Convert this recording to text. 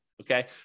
Okay